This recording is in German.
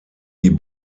die